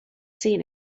seen